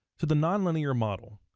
so the nonlinear model.